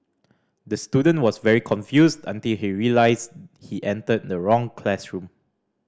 the student was very confused until he realised he entered the wrong classroom